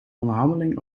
onderhandeling